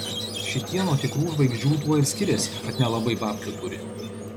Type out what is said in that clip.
šitie nuo tikrų žvaigždžių tuo ir skiriasi kad nelabai babkių turi